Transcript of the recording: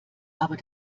aber